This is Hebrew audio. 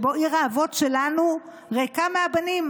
שבו עיר האבות שלנו ריקה מהבנים.